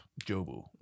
Jobu